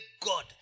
God